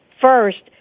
first